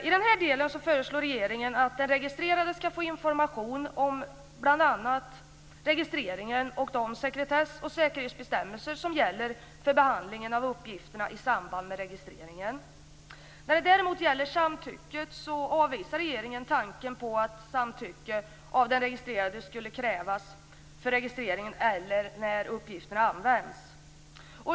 I den här delen föreslår regeringen att den registrerade skall få information om bl.a. registreringen och om de sekretess och säkerhetsbestämmelser som gäller för behandlingen av uppgifterna i samband med registreringen. När det däremot gäller samtycket avvisar regeringen tanken på att samtycke av den registrerade skall krävas för registrering eller när uppgifterna används.